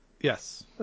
Yes